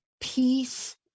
peace